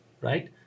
right